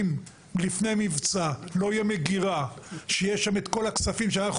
אם לפני מבצע לא יהיה מגירה שיש שם את כל הכספים שאנחנו